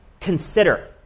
consider